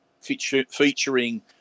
featuring